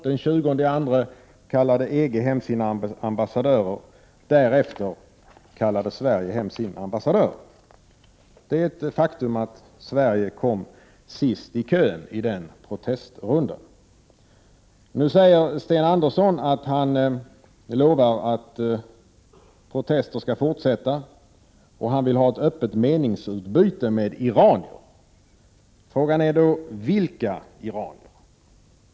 Den 20 februari kallade EG hem sin ambassadör. Därefter kallade Sverige hem sin ambassadör. Det är ett faktum att Sverige kom sist i kön i den protestrundan. Sten Andersson säger nu att han lovar att protester skall fortsätta, och han vill ha ett öppet meningsutbyte med iranier. Frågan är då: Vilka iranier?